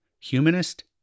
humanist